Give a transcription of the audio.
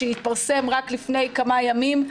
שהתפרסם רק לפני כמה ימים,